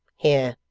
here,